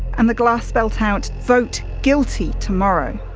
and the glass spelt out, vote guilty tomorrow.